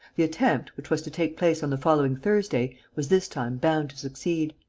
the attempt, which was to take place on the following thursday, was this time bound to succeed.